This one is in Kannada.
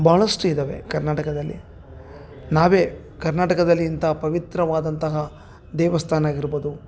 ಭಾಳಷ್ಟು ಇದಾವೆ ಕರ್ನಾಟಕದಲ್ಲಿ ನಾವೇ ಕರ್ನಾಟಕದಲ್ಲಿ ಇಂಥಾ ಪವಿತ್ರವಾದಂತಹ ದೇವಸ್ಥಾನಾಗ್ ಇರ್ಬೋದು